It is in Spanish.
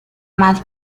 más